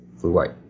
blue-white